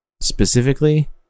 specifically